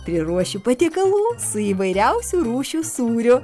priruošiu patiekalų su įvairiausių rūšių sūriu